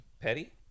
petty